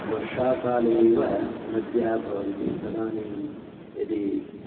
वर्षाकाले एव नद्यः भवन्ति तदानीं यदि